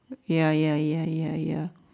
ya ya ya ya ya